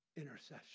intercession